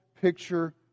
picture